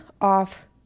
off